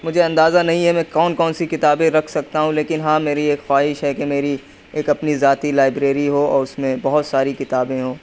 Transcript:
مجھے اندازہ نہیں ہے میں کون کون سی کتابیں رکھ سکتا ہوں لیکن ہاں میری ایک خواہش ہے کہ میری ایک اپنی ذاتی لائبریری ہو اور اس میں بہت ساری کتابیں ہوں